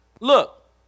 look